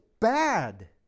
bad